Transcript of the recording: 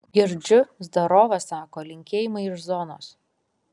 girdžiu zdarova sako linkėjimai iš zonos